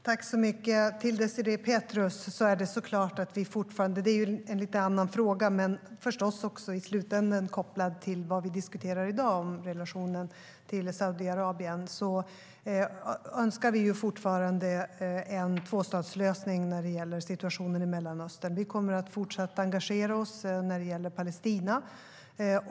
Herr talman! Jag vill säga till Désirée Pethrus att frågan är en annan än den som vi diskuterar i dag, men den är förstås i slutänden kopplad till relationen till Saudiarabien. Det är klart att vi fortfarande önskar en tvåstatslösning när det gäller situationen i Mellanöstern. Vi kommer att fortsätta engagera oss när det gäller Palestina.